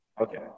Okay